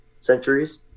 centuries